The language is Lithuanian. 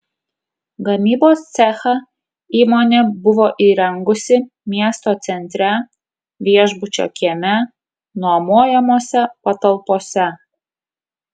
gamybos cechą įmonė buvo įrengusi miesto centre viešbučio kieme nuomojamose patalpose